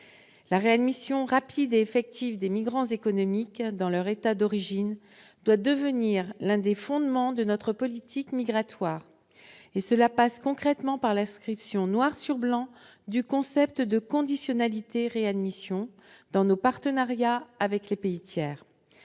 La réadmission rapide et effective des migrants économiques dans leur État d'origine doit devenir l'un des fondements de notre politique migratoire. Cela passe concrètement par l'inscription noir sur blanc du concept de conditionnalité-réadmission dans nos partenariats avec les pays tiers.